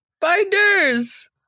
binders